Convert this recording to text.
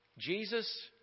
Jesus